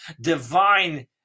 divine